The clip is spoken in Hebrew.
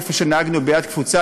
איפה נהגנו ביד קפוצה,